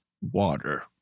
water